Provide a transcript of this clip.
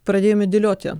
pradėjome dėlioti